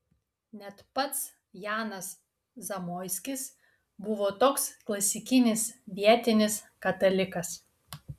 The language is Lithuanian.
net pats janas zamoiskis buvo toks klasikinis vietinis katalikas